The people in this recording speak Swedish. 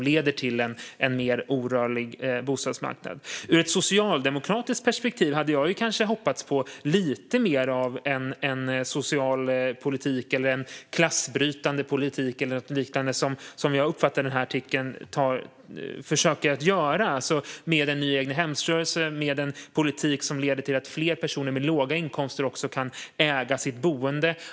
Ur ett socialdemokratiskt perspektiv hade jag kanske hoppats på lite mer av en social eller klassbrytande politik, som jag uppfattar att man är ute efter i den här artikeln, med en ny egnahemsrörelse och en politik som leder till att fler personer med låga inkomster också kan äga sitt boende.